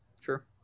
sure